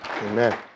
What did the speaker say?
Amen